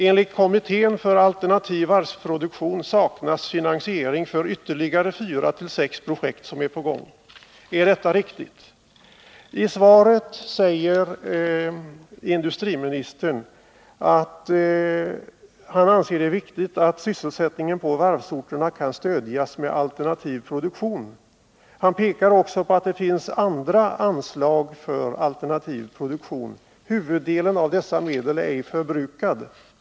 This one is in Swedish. Enligt kommittén för alternativ varvsproduktion saknas finansiering av ytterligare fyra till sex projekt som är på gång. Är detta riktigt? I svaret säger industriministern att han ”anser det viktigt att sysselsättningen på varvsorterna kan stödjas med hjälp av alternativ produktion”. Han pekar också på att det finns andra anslag för alternativ produktion och att huvuddelen av dessa medel ej är förbrukad.